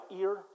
ear